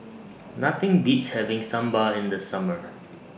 Nothing Beats having Sambar in The Summer